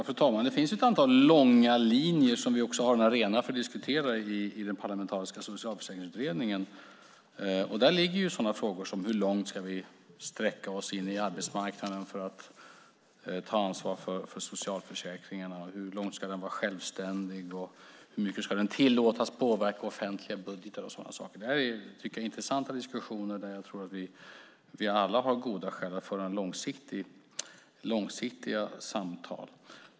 Fru talman! Det finns ett antal långa linjer som vi också har en arena för att diskutera i den parlamentariska Socialförsäkringsutredningen. Där ligger sådana frågor som: Hur långt ska vi sträcka oss in på arbetsmarknaden för att ta ansvar för socialförsäkringarna? Hur självständiga ska de vara? Hur mycket ska de tillåtas att påverka offentliga budgetar? Jag tycker att detta är intressanta diskussioner där jag tror att vi alla har goda skäl att föra långsiktiga samtal.